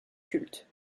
culte